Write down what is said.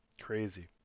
Crazy